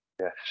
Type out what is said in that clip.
Yes